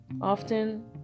Often